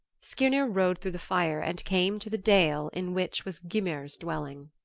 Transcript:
skirnir rode through the fire and came to the dale in which was gymer's dwelling.